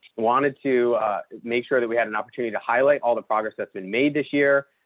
wanted to make sure that we had an opportunity to highlight all the progress that's been made this year.